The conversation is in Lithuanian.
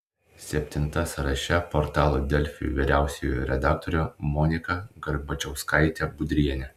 septinta sąraše portalo delfi vyriausioji redaktorė monika garbačiauskaitė budrienė